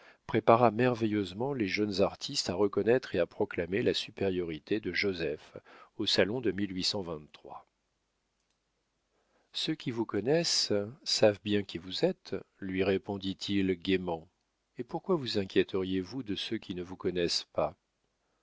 prépara merveilleusement les jeunes artistes à reconnaître et à proclamer la supériorité de joseph au salon de ceux qui vous connaissent savent bien qui vous êtes lui répondit-il gaiement et pourquoi vous inquiéteriez vous de ceux qui ne vous connaissent pas